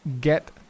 get